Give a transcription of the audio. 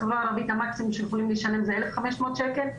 בחברה הערבית המקסימום שהם יכולים לשלם זה 1,500 שקל.